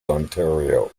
ontario